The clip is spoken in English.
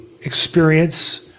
experience